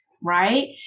right